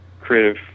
creative